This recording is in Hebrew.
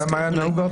השאלה מה היה נהוג עד